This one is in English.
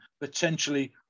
potentially